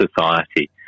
society